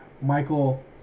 michael